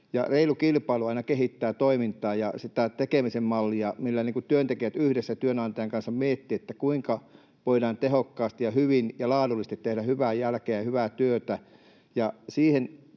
reilu kilpailu aina kehittää toimintaa ja sitä tekemisen mallia, millä työntekijät yhdessä työnantajan kanssa miettivät, kuinka voidaan tehokkaasti ja hyvin ja laadullisesti tehdä hyvää jälkeä ja hyvää työtä,